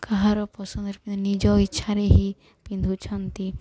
କାହାର ପସନ୍ଦରେ ପିନ୍ଧି ନିଜ ଇଚ୍ଛାରେ ହିଁ ପିନ୍ଧୁଛନ୍ତି